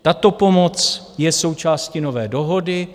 Tato pomoc je součástí nové dohody.